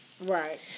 Right